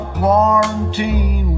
quarantine